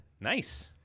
Nice